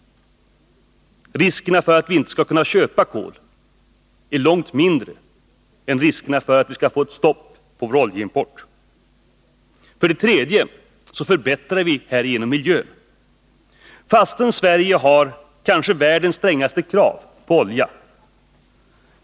Riskerna för att vi inte skall kunna köpa kol är långt mindre än riskerna för att vi skall få ett stopp för vår oljeimport. För det tredje förbättrar vi härigenom miljön. Sverige har kanske världens strängaste krav på olja.